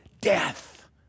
death